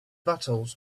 battles